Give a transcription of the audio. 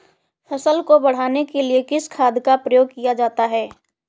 फसल को बढ़ाने के लिए किस खाद का प्रयोग किया जाता है?